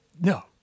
No